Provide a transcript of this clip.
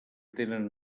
tenen